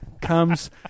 comes